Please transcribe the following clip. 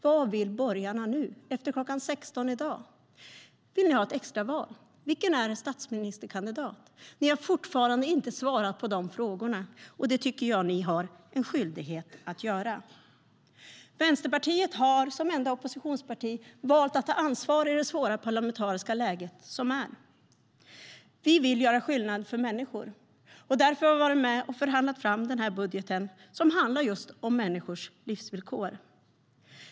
Vad vill borgarna nu, efter kl. 16 i dag? Vill ni ha ett extra val? Vilken är er statsministerkandidat? Ni har fortfarande inte svarat på de frågorna. Det tycker jag att ni har skyldighet att göra. Vänsterpartiet har, som enda oppositionsparti, valt att ta ansvar i det svåra parlamentariska läge som råder. Vi vill göra skillnad för människor. Därför har vi varit med och förhandlat fram den här budgeten som handlar just om människors livsvillkor.